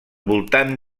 voltant